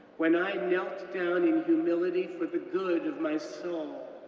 when i knelt down in humility for the good of my soul,